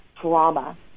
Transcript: trauma